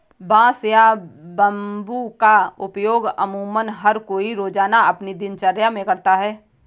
बांस या बम्बू का उपयोग अमुमन हर कोई रोज़ाना अपनी दिनचर्या मे करता है